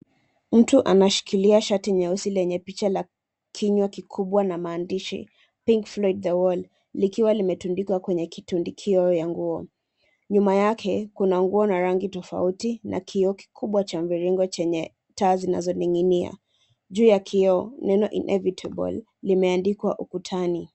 Mtu anashikilia shati nyeusi lenye picha la kinywa kikubwa na maandishi Pink Floyd The Wall, likiwa limetundikwa kwenye kitundukio ya nguo. Nyuma yake kuna nguo na rangi tofauti na kioo kikubwa cha mviringo chenye taa zinazoning'inia. Juu ya kioo neno inevitable limeandikwa ukutani.